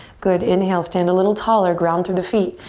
good, inhale, stand a little taller. ground through the feet.